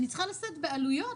אני צריכה לשאת בעלויות